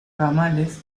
ramales